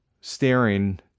staring